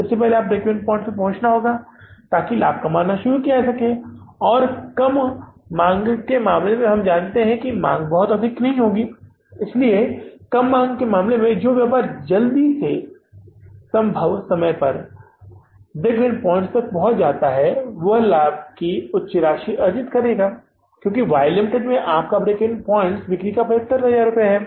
सबसे पहले आपको ब्रेक इवन पॉइंट्स पर पहुँचना होगा ताकि मुनाफ़ा कमाना शुरू किया जा सके और कम मांग के मामले में हम जानते हैं कि मांग बहुत अधिक नहीं होगी इसलिए कम मांग के मामले में जो व्यापार जल्द से जल्द संभव समय पर ब्रेक इवन पॉइंट्स तक पहुंच जाएगा जो कि लाभ की उच्च राशि अर्जित करने जा रहा है क्योंकि वाई लिमिटेड के मामले में आपका ब्रेक इवन पॉइंट्स बिक्री का 75000 रुपये है